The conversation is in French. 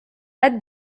hâte